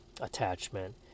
attachment